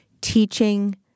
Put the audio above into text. teaching